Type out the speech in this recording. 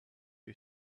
who